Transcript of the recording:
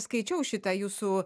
skaičiau šitą jūsų